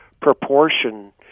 proportion